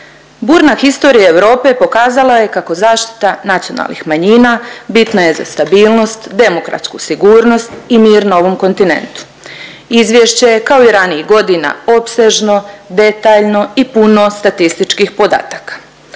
Burna historija Europe pokazala je kako zaštita nacionalnih manjina bitna je za stabilnost, demokratsku sigurnost i mir na ovom kontinentu. Izvješće je kao i ranijih godina opsežno, detaljno i puno statističkih podataka.